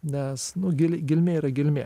nes nu gil gelmė yra gelmė